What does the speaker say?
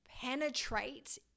penetrate